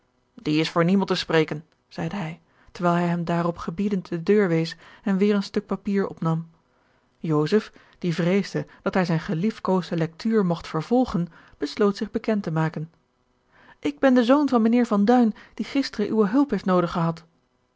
die is voor niemand te spreken zeide hij terwijl hij hem daarop gebiedend de deur wees en weêr een stuk papier opnam joseph die vreesde dat hij zijne geliefkoosde lectuur mogt vervolgen besloot zich bekend te maken ik ben de zoon van mijnheer van duin die gisteren uwe hulp heeft noodig gehad